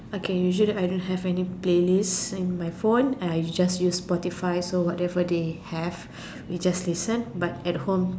okay usually I don't have any playlist in my phone and I just use Spotify so whatever they have we just listen but at home